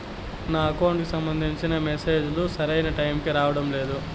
నా అకౌంట్ కి సంబంధించిన మెసేజ్ లు సరైన టైముకి రావడం లేదు